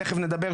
תכף נדבר,